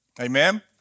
Amen